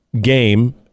game